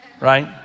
right